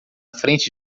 frente